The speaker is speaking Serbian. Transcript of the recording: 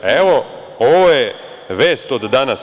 Evo, ovo je vest od danas.